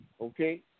Okay